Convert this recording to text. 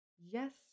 Yes